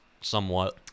somewhat